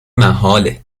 محاله